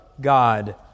God